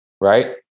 Right